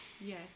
Yes